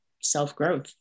self-growth